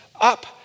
Up